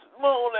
morning